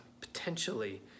potentially